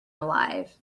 alive